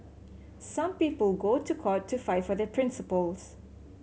some people go to court to fight for their principles